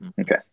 Okay